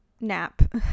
nap